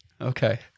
Okay